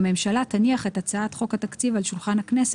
הממשלה רשאית בעת הנחת הצעת חוק תקציב לאותה שנת כספים על שולחן הכנסת